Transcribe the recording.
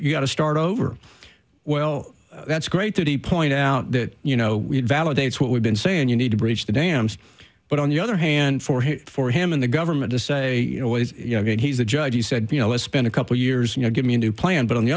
you've got to start over well that's great that he point out that you know we had validates what we've been saying you need to bridge the dams but on the other hand for him for him and the government to say you know he's the judge he said you know it's been a couple years you know give me a new plan but on the